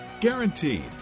Guaranteed